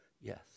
yes